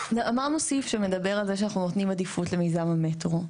אמרנו סעיף שמדבר על זה שאנחנו נותנים עדיפות למיזם המטרו,